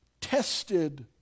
tested